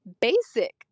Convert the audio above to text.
basic